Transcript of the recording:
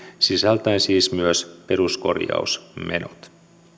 sisältäen siis myös peruskorjausmenot